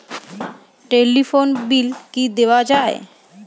Telephone bill কি দেওয়া যায়?